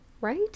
right